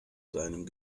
seinem